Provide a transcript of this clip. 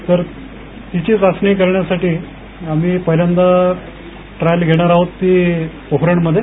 तर ती चाचणी घेण्यासाठी आम्ही पहिल्यांदा ट्रायल घेणार आहोत ती पोखरणमध्ये